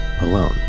alone